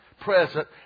present